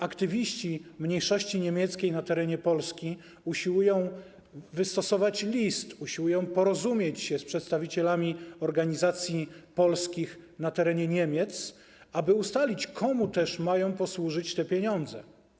Aktywiści mniejszości niemieckiej na terenie Polski usiłują wystosować list, usiłują porozumieć się z przedstawicielami organizacji polskich na terenie Niemiec, aby ustalić, komu też mają posłużyć te pieniądze.